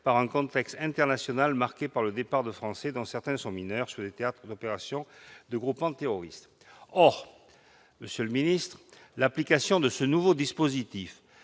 par « un contexte international marqué par le départ de Français- dont certains mineurs -sur des théâtres d'opérations de groupements terroristes ». Or l'application de ce nouveau dispositif